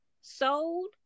sold